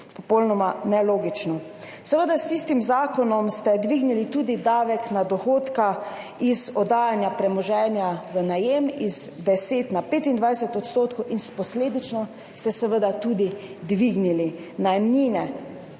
Popolnoma nelogično. Seveda ste s tistim zakonom dvignili tudi davek na dohodek iz oddajanja premoženja v najem iz 10 na 25 % in posledično ste seveda tudi dvignili najemnine